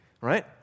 right